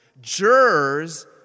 jurors